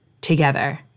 together